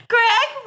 Greg